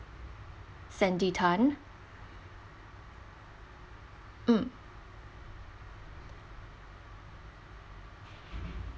sandy tan mm